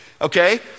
okay